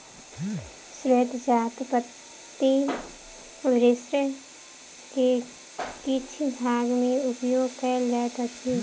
श्वेत चाह पत्ती विश्व के किछ भाग में उपयोग कयल जाइत अछि